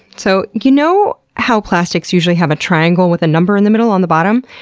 so, you know how plastics usually have a triangle with a number in the middle on the bottom?